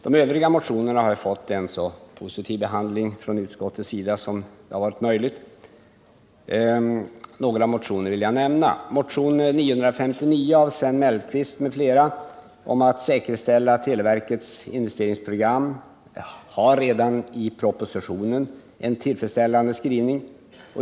De övriga motionerna har fått en så positiv behandling som det varit möjligt av utskottet. Jag vill nämna några motioner. När det gäller motion nr 959 av Sven Mellqvist m.fl. om att säkerställa televerkets investeringsprogram finns det redan i propositionen en tillfredsställande skrivning.